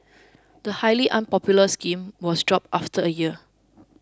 the highly unpopular scheme was dropped after a year